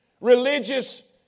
Religious